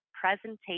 presentation